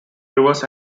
rivers